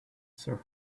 saw